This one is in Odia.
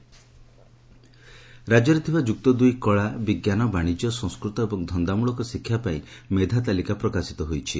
ମେଧା ତାଲିକା ପ୍ରକାଶିତ ରାକ୍ୟରେ ଥିବା ଯୁକ୍ତ ଦୁଇ କଳା ବିଙ୍କାନ ବାଣିଜ୍ୟ ସଂସ୍କୃତ ଏବଂ ଧନ୍ଦାମ୍ଳକ ଶିକ୍ଷା ପାଇଁ ମେଧା ତାଲିକା ପ୍ରକାଶିତ ହୋଇଛି